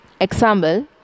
Example